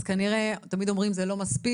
אז כנראה כמו שתמיד אומרים "זה לא מספיק",